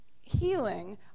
healing